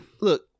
look